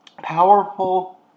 powerful